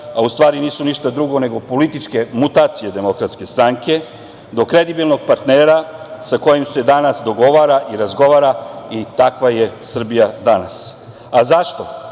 a u stvari nisu ništa drugo nego političke mutacije DS, do kredibilnog partnera sa kojim se danas dogovara i razgovara i takva je Srbija danas.A zašto?